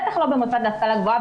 בטח לא במוסד להשכלה גבוהה,